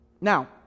Now